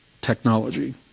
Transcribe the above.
technology